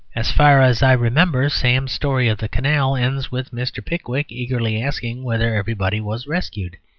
as far as i remember, sam's story of the canal ends with mr. pickwick eagerly asking whether everybody was rescued,